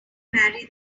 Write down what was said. marry